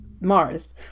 Mars